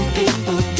people